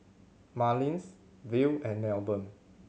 Marlys Verl and Melbourne